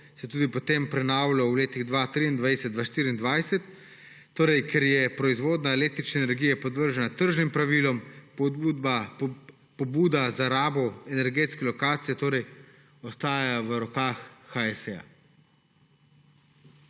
tudi prenavljal v letih 2023–2024. Ker je proizvodnja električne energije podvržena tržnim pravilom, pobuda za rabo energetske lokacije torej ostaja v rokah HSE.